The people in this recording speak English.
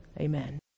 Amen